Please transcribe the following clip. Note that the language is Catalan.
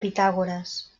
pitàgores